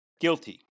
Guilty